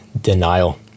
Denial